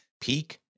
peak